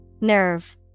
Nerve